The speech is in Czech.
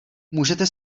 můžete